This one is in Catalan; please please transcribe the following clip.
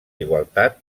igualtat